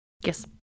Yes